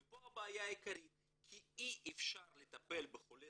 ופה הבעיה העיקרית כי אי אפשר לטפל בחולה